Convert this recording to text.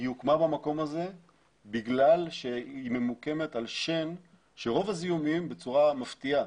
היא הוקמה במקום הזה בגלל שהיא ממוקמת שם שרוב הזיהומים בצורה מפתיעה,